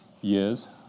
years